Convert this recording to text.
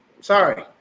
sorry